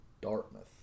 Dartmouth